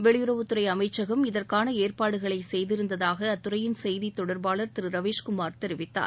வெளியுறவுத்துறை அமைச்சகம் இதற்கான ஏற்பாடுகளை செய்திருந்ததாக அத்துறையின் செய்தி தொடர்பாளர் திரு ரவீஸ்குமார் தெரிவித்தார்